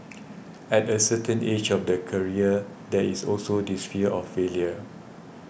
at a certain age of their career there is also this fear of failure